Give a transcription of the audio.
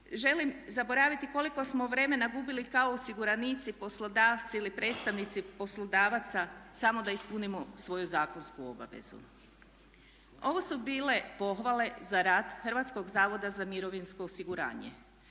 želim zaboraviti koliko smo vremena gubili kao osiguranici, poslodavci ili predstavnici poslodavaca samo da ispunimo svoju zakonsku obavezu. Ovo su bile pohvale za rad HZMO-a, to su poslovi na